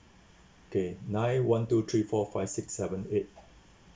okay nine one two three four five six seven eight